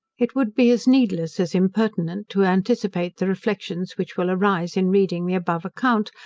it would be as needless, as impertinent, to anticipate the reflections which will arise in reading the above account,